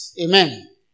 Amen